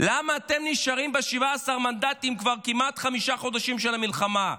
למה אתם נשארים ב-17 מנדטים כבר כמעט חמישה חודשים של המלחמה.